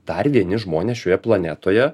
dar vieni žmonės šioje planetoje